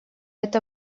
это